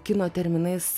kino terminais